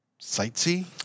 sightsee